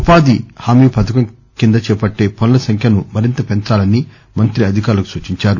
ఉపాధి హామీ పథకం కింద చేపట్లే పనుల సంఖ్యను మరింత పెంచాలని మంత్రి అధికారులకు సూచించారు